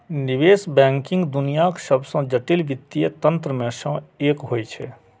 निवेश बैंकिंग दुनियाक सबसं जटिल वित्तीय तंत्र मे सं एक होइ छै